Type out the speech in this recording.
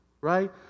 right